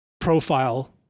profile